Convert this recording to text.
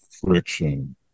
friction